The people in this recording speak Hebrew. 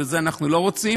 ואת זה אנחנו לא רוצים,